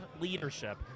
leadership